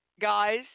guys